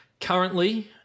currently